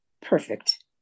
perfect